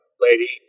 lady